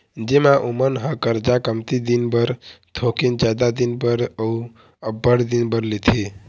जेमा ओमन ह करजा कमती दिन बर, थोकिन जादा दिन बर, अउ अब्बड़ दिन बर लेथे